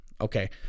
Okay